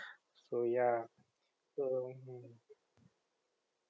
so ya so hmm